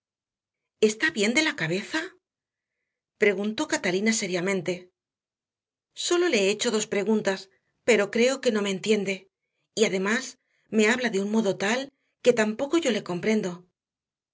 está bien de la cabeza preguntó catalina seriamente sólo le he hecho dos preguntas pero creo que no me entiende y además me habla de un modo tal que tampoco yo le comprendo